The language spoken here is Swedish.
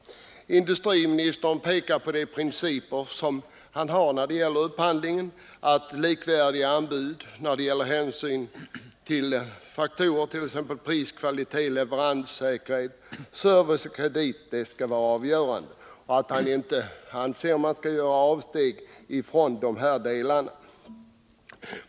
Industriministern pekar på principer som han har när det gäller upphandling, lämpligen att ”hänsyn tas till sådana faktorer som t.ex. pris, kvalitet, leveranssäkerhet och service, kreditvillkor m.m.”. Han anser att man inte skall göra avsteg från dessa principer.